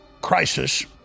crisis